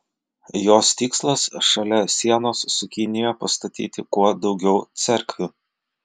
jos tikslas šalia sienos su kinija pastatyti kuo daugiau cerkvių